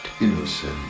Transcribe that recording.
innocent